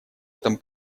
этом